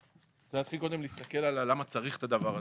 אני רוצה להתחיל קודם בלהסתכל על למה צריך את הדבר הזה.